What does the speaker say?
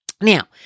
Now